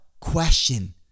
question